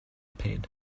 paid